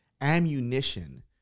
ammunition